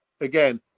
Again